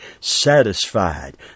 satisfied